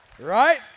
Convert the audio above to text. Right